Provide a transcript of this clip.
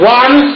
one